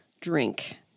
drink